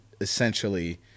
essentially